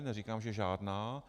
Neříkám, že žádná.